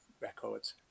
Records